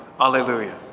alleluia